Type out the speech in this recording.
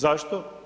Zašto?